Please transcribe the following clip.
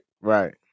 Right